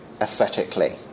aesthetically